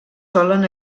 solen